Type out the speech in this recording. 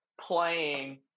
playing